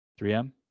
3M